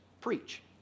preach